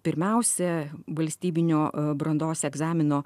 pirmiausia valstybinio brandos egzamino